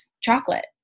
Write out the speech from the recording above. chocolate